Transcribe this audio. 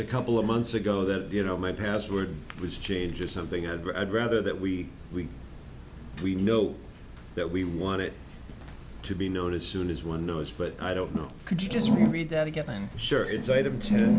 a couple of months ago that you know my password which changes something i'd rather that we we we know that we want it to be known as soon as one knows but i don't know could you just read that again and sure it's